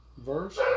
verse